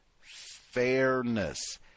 Fairness